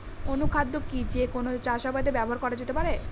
অনুখাদ্য কি যে কোন চাষাবাদে ব্যবহার করা যেতে পারে?